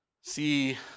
see